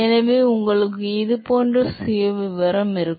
எனவே உங்களுக்கு இது போன்ற சுயவிவரம் இருக்கும்